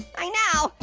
i know,